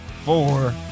four